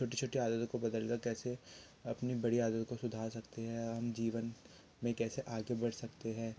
छोटी छोटी आदतों को बदलना कैसे है अपनी बड़ी आदतों को सुधार सकते हैं हम जीवन में कैसे आगे बढ़ सकते हैं